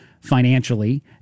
financially